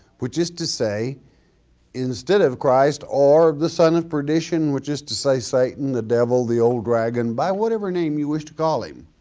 which is to say instead of christ or the son of perdition which is to say satan, the devil, the old dragon, by whatever name you wish to call him,